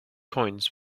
coins